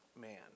man